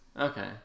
Okay